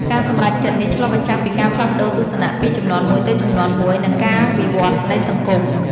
ការសម្រេចចិត្តនេះឆ្លុះបញ្ចាំងពីការផ្លាស់ប្តូរទស្សនៈពីជំនាន់មួយទៅជំនាន់មួយ និងការវិវឌ្ឍន៍នៃសង្គម។